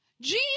Jesus